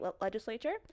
Legislature